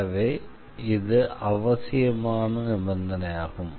எனவே இது அவசியமான நிபந்தனையாகும்